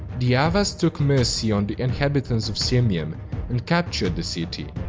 the avars took mercy on the inhabitants of sirmium and captured the city.